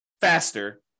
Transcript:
faster